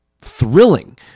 thrilling